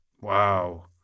Wow